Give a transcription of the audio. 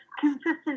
consistent